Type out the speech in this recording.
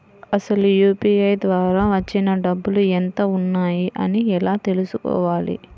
అసలు యూ.పీ.ఐ ద్వార వచ్చిన డబ్బులు ఎంత వున్నాయి అని ఎలా తెలుసుకోవాలి?